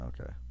Okay